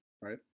Right